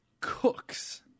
cooks